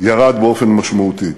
ירד באופן משמעותי.